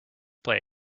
play